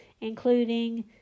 including